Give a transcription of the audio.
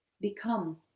become